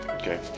okay